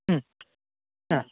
ಹ್ಞೂ ಹಾಂ